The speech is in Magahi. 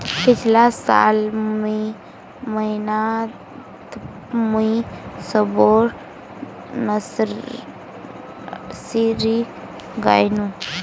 पिछला साल मई महीनातमुई सबोर नर्सरी गायेनू